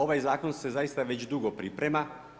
Ovaj zakon se zaista već dugo priprema.